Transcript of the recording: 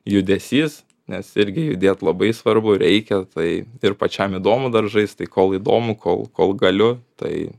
judesys nes irgi judėt labai svarbu reikia tai ir pačiam įdomu dar žaist tai kol įdomu kol kol galiu tai